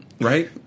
right